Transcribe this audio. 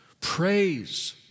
Praise